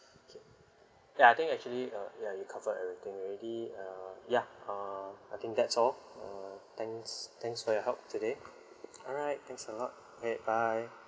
okay ya I think actually uh ya you covered everything already uh yeah uh I think that's all uh thanks thanks for your help today all right thanks a lot okay bye